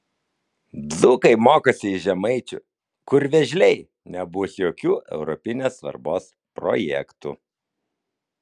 dzūkai mokosi iš žemaičių kur vėžliai nebus jokių europinės svarbos projektų